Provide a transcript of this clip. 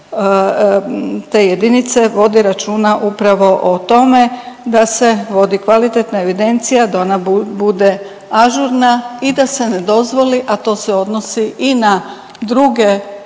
te jedinice vodi računa upravo o tome da se vodi kvalitetna evidencija, da ona bude ažurna i da se ne dozvoli, a to se odnosi i na druge